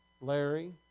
Larry